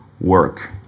work